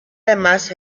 además